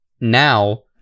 now